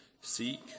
Seek